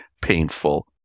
painful